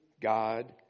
God